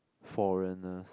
foreigners